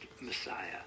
Messiah